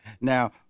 Now